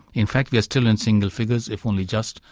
in fact we are still in single figures, if only just,